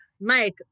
Mike